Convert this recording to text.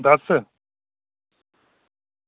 दस्स